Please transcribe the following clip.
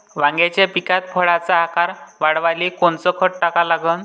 वांग्याच्या पिकात फळाचा आकार वाढवाले कोनचं खत टाका लागन?